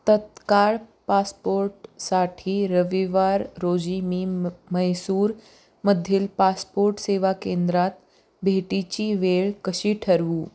तत्काळ पासपोर्टसाठी रविवार रोजी मी मैसूर मधील पासपोर्ट सेवा केंद्रात भेटीची वेळ कशी ठरवू